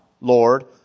Lord